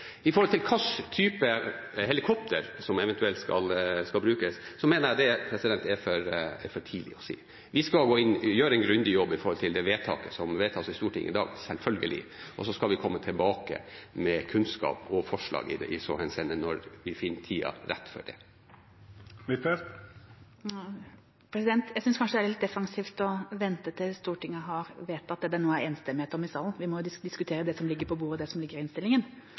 det. Vi skal gå inn og gjøre en grundig jobb med det vedtaket som gjøres i Stortinget i dag, selvfølgelig, og så skal vi komme tilbake med kunnskap og forslag i så henseende, når vi finner tida rett for det. Jeg synes kanskje det er litt defensivt å vente til Stortinget har vedtatt det det nå er enstemmighet om i salen. Vi må jo diskutere det som ligger på bordet, og det som ligger i